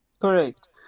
Correct